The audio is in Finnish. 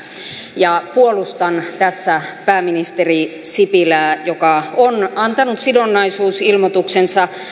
ja puolustan tässä pääministeri sipilää joka on antanut sidonnaisuusilmoituksensa